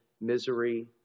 misery